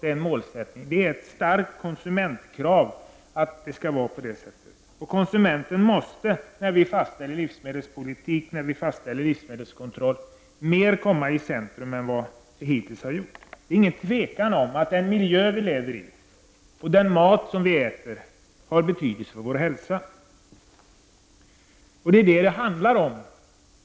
Det är också ett starkt konsumentkrav att det skall vara så. Konsumenten måste mer än hittills komma i centrum när vi fastställer vår livsmedelspolitik och de kontroller som skall göras. Det råder inget tvivel om att den miljö vi lever i och den mat vi äter har betydelse för vår hälsa. Det är vad det handlar om.